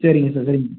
சரிங்க சார் சரிங்க